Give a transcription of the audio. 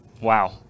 Wow